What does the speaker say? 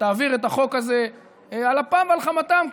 שתעביר את החוק הזה על אפם ועל חמתם,